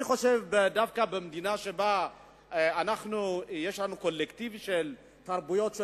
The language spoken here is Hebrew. אני חושב שדווקא במדינה שבה יש לנו קולקטיב של תרבויות שונות,